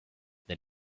then